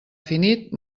finit